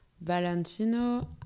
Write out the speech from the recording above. Valentino